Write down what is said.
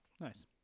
Nice